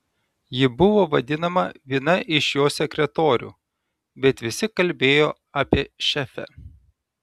ji buvo vadinama viena iš jo sekretorių bet visi kalbėjo apie šefę